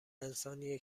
انسانیه